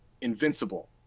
Invincible